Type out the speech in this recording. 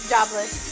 Jobless